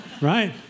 Right